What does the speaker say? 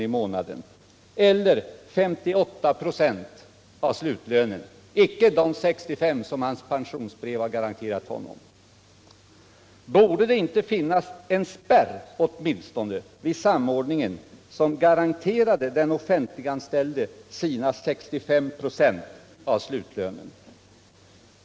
i månaden, eller 58 96 av slutlönen — icke de 65 26 som hans pensionsbrev har garanterat honom. Borde det åtminstone inte finnas en spärr vid samordningen, som garanterar den offentliganställdde hans 65 96 av slutlönen?